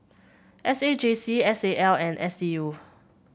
S A J C S A L and S D U